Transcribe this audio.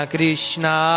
Krishna